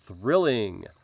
thrilling